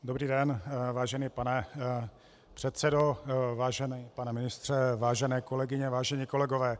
Dobrý den, vážený pane předsedo, vážený pane ministře, vážené kolegyně, vážení kolegové.